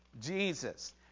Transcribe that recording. Jesus